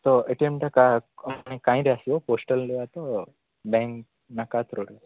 ତ ଏଟିଏମ୍ଟା କାହିଁରେ ଆସିବ ପୋଷ୍ଟାଲ୍ରେ ଆସିବ ବ୍ୟାଙ୍କ ନା କାହା ଥ୍ରୋରେ